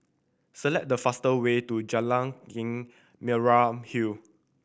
select the fastest way to Jalan Merah Hill